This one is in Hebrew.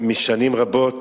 משנים רבות,